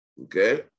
Okay